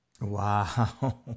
Wow